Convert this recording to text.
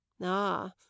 Ah